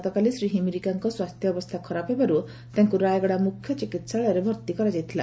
ଗତକାଲି ଶ୍ରୀ ହିମିରିକାଙ୍କ ସ୍ୱାସ୍ଥ୍ୟ ଖରାପ ହେବାରୁ ତାଙ୍କୁ ରାୟଗଡା ମୁଖ୍ୟ ଚିକିହାଳୟରେ ଭର୍ତି କରାଯାଇଥିଲା